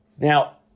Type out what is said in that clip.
Now